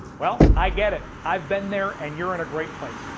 well, i get it. i've been there and you're in a great place.